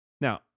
Now